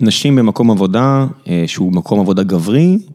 נשים במקום עבודה שהוא מקום עבודה גברי.